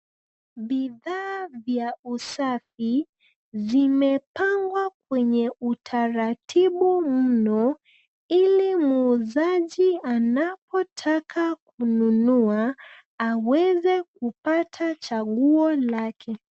Bidhaa vya usafi ,zimepangwa kwenye utaratibu mno, ili muuzaji anapotaka kununua ,aweze kupata chaguo lake.